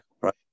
Right